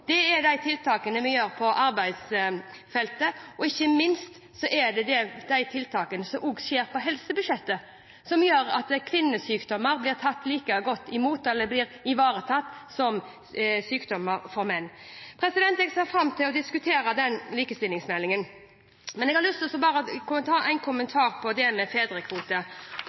Det er de tiltakene vi gjør på arbeidsfeltet, og ikke minst er det de tiltakene som også skjer på helsebudsjettet, som gjør at kvinnesykdommer blir ivaretatt like godt som sykdommer hos menn. Jeg ser fram til å diskutere likestillingsmeldingen, men jeg har lyst til å komme med en